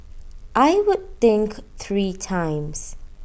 I would think three times